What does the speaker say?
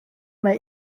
mae